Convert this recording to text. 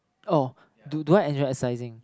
oh do do I enjoy exercising